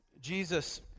Jesus